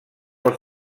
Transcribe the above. els